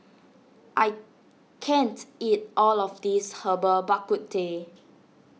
I can't eat all of this Herbal Bak Ku Teh